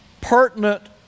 pertinent